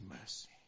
mercy